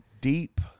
Deep